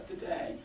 today